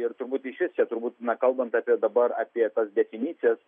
ir turbūt išvis čia turbūt na kalbant apie dabar apie tas definicijas